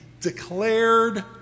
declared